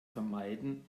vermeiden